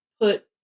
put